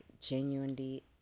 genuinely